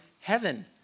heaven